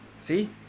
see